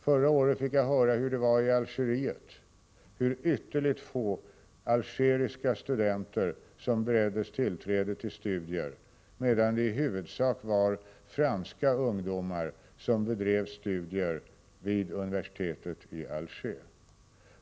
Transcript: Förra året fick jag höra hur det var i Algeriet, där ytterligt få algeriska studenter bereddes tillträde till studier, medan det i huvudsak var franska ungdomar som bedrev studier vid universitetet i Alger.